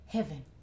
Heaven